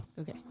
Okay